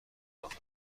داخل